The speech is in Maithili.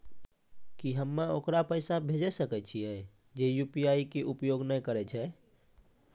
की हम्मय ओकरा पैसा भेजै सकय छियै जे यु.पी.आई के उपयोग नए करे छै?